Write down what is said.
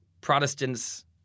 Protestants